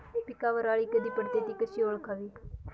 पिकावर अळी कधी पडते, ति कशी ओळखावी?